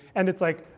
and it's like,